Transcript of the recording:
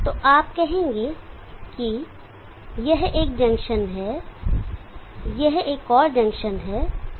तो आप कहेंगे यह एक जंक्शन है यह एक और जंक्शन है